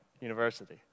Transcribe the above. University